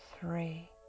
three